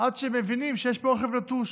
עד שמבינים שיש פה רכב נטוש,